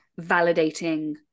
validating